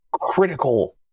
critical